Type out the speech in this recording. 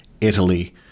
Italy